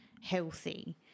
healthy